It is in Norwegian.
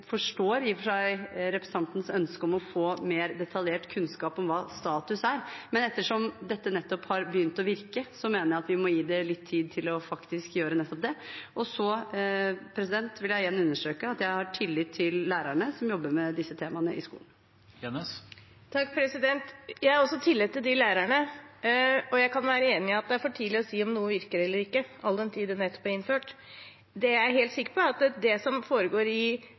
representantens ønske om å få mer detaljert kunnskap om hva status er, men ettersom dette nettopp har begynt å virke, mener jeg at vi må gi det litt tid til faktisk å gjøre nettopp det. Så vil jeg igjen understreke at jeg har tillit til lærerne, som jobber med disse temaene i skolen. Jeg har også tillit til de lærerne. Jeg kan også være enig i at det er for tidlig å si om noe virker eller ikke, all den tid det nettopp er innført. Det jeg er helt sikker på, er at det som foregår i